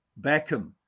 Beckham